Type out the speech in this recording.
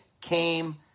came